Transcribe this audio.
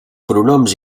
pronoms